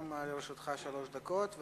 לרשותך שלוש דקות.